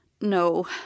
No